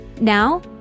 Now